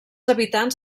habitants